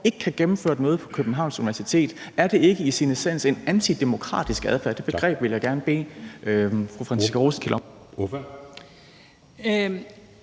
ikke gennemføre et møde på Københavns Universitet. Er det ikke i sin essens en antidemokratisk adfærd? Det begreb vil jeg gerne bede fru Franciska Rosenkilde om